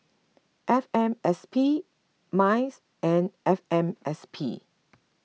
F M S P M I C E and F M S P